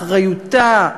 אחריותה,